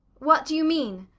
what do you mean?